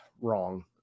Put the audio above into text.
wrong